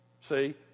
See